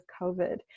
COVID